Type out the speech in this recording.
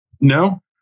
No